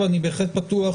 אבל אני בהחלט פתוח